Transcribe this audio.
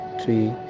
three